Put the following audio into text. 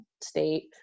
state